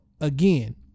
again